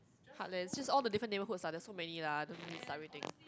heartlands just all the different neighbourhoods lah there's so many lah don't need list out everything